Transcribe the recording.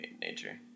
nature